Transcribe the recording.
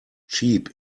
cheap